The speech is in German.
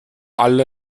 alle